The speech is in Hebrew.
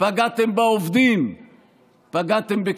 פגעתם בעובדים,